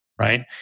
right